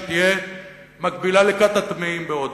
שתהיה מקבילה לכת הטמאים בהודו,